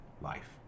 life